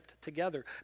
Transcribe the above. together